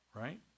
right